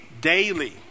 daily